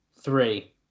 three